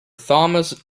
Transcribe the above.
thomas